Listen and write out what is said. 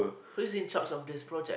who's in charge of this project